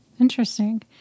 Interesting